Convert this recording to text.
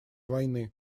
войны